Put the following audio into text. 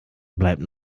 bleibt